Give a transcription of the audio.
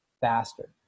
faster